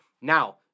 Now